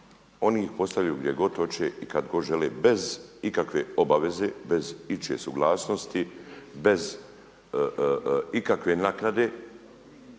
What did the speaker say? oni ih postavljaju gdje god hoće i kada god žele, bez ikakve obaveze, bez ičije suglasnosti, bez ikakve naknade